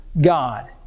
God